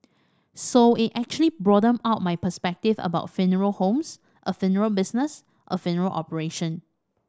so it actually broadened out my perspective about funeral homes a funeral business a funeral operation